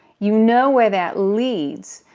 you know where that leads.